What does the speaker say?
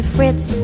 Fritz